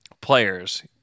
players